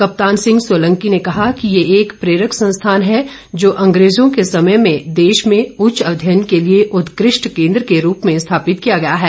कप्तान सिंह सोलंकी ने कहा कि ये एक प्रेरक संस्थान है जो अंग्रेजों के समय में देश में उच्च अध्ययन के लिए उत्कृष्ट केन्द्र के रूप में स्थापित किया गया है